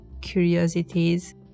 curiosities